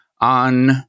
on